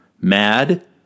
mad